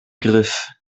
griff